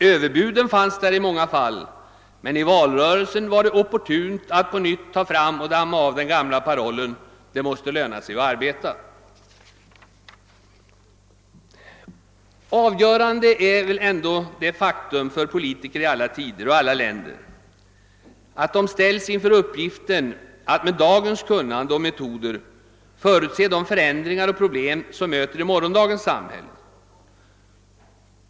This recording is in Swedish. Överbuden fanns där i många fall, men i valrörelsen var det opportunt att på nytt ta fram och damma av den gamla parollen: »Det måste löna sig att arbeta.« Avgörande är väl ändå det faktum att politiker i alla tider och i alla länder ställs inför uppgiften att med dagens kunnande och metoder förutse de förändringar och problem som möter i morgondagens samhälle.